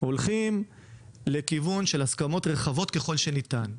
הולכים לכיוון של הסכמות רחבות ככל שניתן".